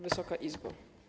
Wysoka Izbo!